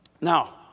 Now